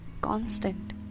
constant